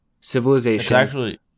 Civilization